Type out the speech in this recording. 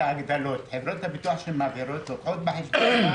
חברות הביטוח שמעבירות לוקחות בחשבון את ההגדלות,